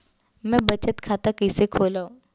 मै बचत खाता कईसे खोलव?